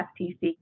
FTC